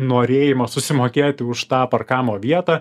norėjimą susimokėti už tą parkavimo vietą